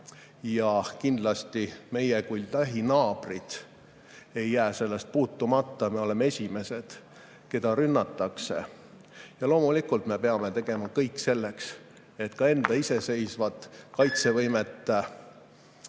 Ja kindlasti meie kui lähinaabrid ei jää sellest puutumata, me oleme esimesed, keda rünnatakse. Loomulikult me peame tegema kõik selleks, et enda iseseisvat kaitsevõimet